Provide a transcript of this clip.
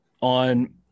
on